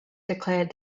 declared